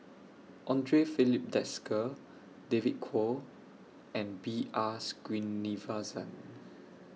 Andre Filipe Desker David Kwo and B R Screenivasan